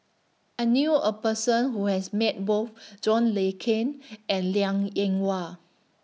I knew A Person Who has Met Both John Le Cain and Liang Eng Hwa